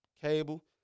cable